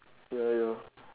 ya